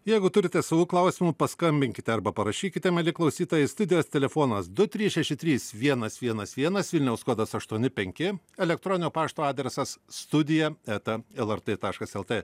jeigu turite savų klausimų paskambinkite arba parašykite mieli klausytojai studijos telefonas du trys šeši trys vienas vienas vienas vilniaus kodas aštuoni penki elekroninio pašto adresas studija eta lrt taškas lt